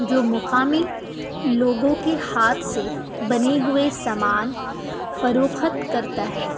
جو مقامی لوگوں کے ہاتھ سے بنے ہوئے سامان فروخت کرتا ہے